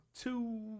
two